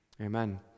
amen